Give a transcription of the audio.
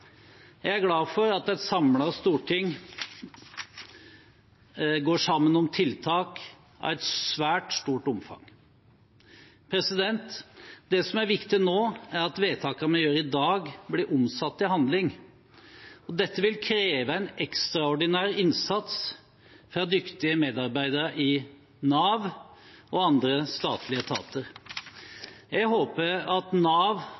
Jeg er glad for at et samlet storting går sammen om tiltak av et svært stort omfang. Det som er viktig nå, er at vedtakene vi gjør i dag, blir omsatt til handling. Dette vil kreve en ekstraordinær innsats fra dyktige medarbeidere i Nav og andre statlige etater. Jeg håper at Nav